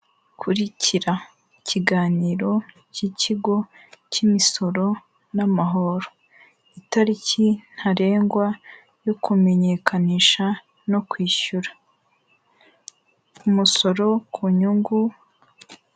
Kurikira ikiganiro cy'ikigo cy'imisoro n'amahoro, itariki ntarengwa yo kumenyekanisha no kwishyura umusoro ku nyungu.